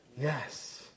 Yes